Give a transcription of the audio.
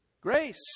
grace